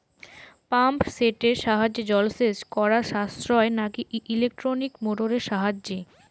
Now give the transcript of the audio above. Pump সেটের সাহায্যে জলসেচ করা সাশ্রয় নাকি ইলেকট্রনিক মোটরের সাহায্যে?